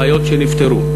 בעיות שנפתרו.